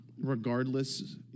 regardless